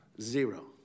zero